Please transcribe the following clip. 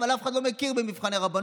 אבל אף אחד לא מכיר במבחני הרבנות,